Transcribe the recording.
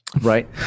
Right